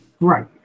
Right